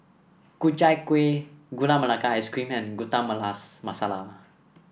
Ku Chai Kuih Gula Melaka Ice Cream and Masala